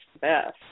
best